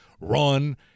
run